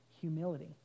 humility